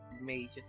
major